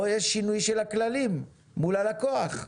פה יש שינוי של הכללים מול הלקוח,